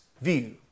view